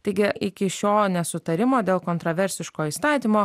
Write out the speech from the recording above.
taigi iki šio nesutarimo dėl kontroversiško įstatymo